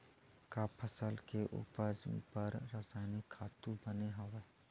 का फसल के उपज बर रासायनिक खातु बने हवय?